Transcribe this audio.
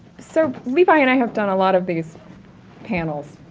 so levi and i have done a lot of these panels,